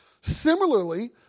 Similarly